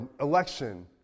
election